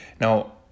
Now